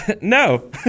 No